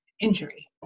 injury